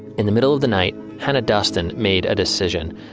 in the middle of the night, hannah duston made a decision.